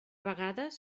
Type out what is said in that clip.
vegades